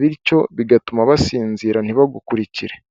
bityo bigatuma basinzira ntibagukurikire.